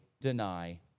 deny